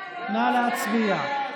נא להצביע.